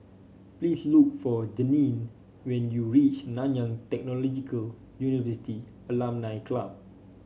please look for Jeannine when you reach Nanyang Technological University Alumni Club